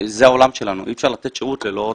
זה העולם שלנו, אי אפשר לתת שירות ללא טכנולוגיה.